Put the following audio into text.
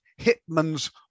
Hitman's